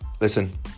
Listen